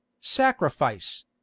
sacrifice